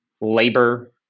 labor